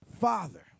Father